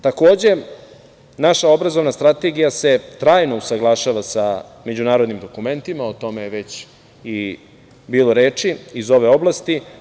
Takođe, naša obrazovna strategija se trajno usaglašava sa međunarodnim dokumentima, o tome je već i bilo reči iz ove oblasti.